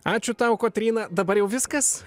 ačiū tau kotryna dabar jau viskas